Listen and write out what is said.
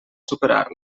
superar